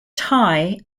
thai